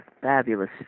fabulous